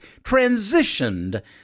transitioned